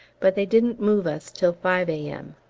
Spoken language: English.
but they didn't move us till five a m.